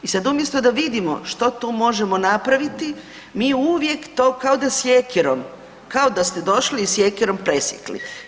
I sad umjesto da vidimo što tu možemo napraviti mi uvijek to kao da sjekirom, kao da ste došli i sjekirom presjekli.